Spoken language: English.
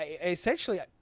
essentially